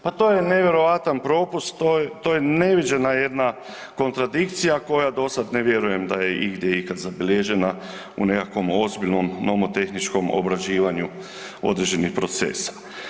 Pa to je nevjerojatan propust, to je neviđena jedna kontradikcija koja do sada ne vjerujem da je igdje ikad zabilježena u nekakvom ozbiljnom nomotehničkom obrađivanju određenih procesa.